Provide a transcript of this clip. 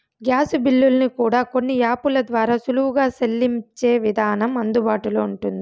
gas బిల్లుల్ని కూడా కొన్ని యాపుల ద్వారా సులువుగా సెల్లించే విధానం అందుబాటులో ఉంటుంది